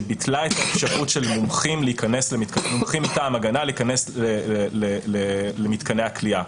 שביטלה את האפשרות של מומחים מטעם ההגנה להיכנס למתקני הכליאה.